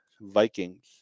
Vikings